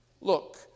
Look